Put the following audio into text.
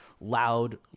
loud